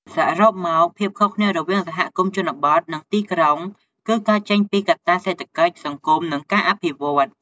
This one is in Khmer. សរុបមក ភាពខុសគ្នារវាងសហគមន៍ជនបទ និងទីក្រុង គឺកើតចេញពីកត្តាសេដ្ឋកិច្ច សង្គម និងការអភិវឌ្ឍន៍។